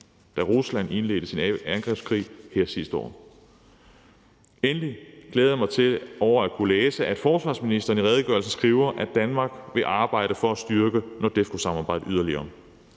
da Rusland indledte sin angrebskrig her sidste år. Endelig glæder jeg mig over at kunne læse, at forsvarsministeren i redegørelsen skriver, at Danmark vil arbejde for at styrke NORDEFCO-samarbejdet yderligere.